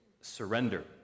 Surrender